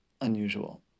unusual